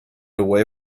away